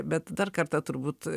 bet dar kartą turbūt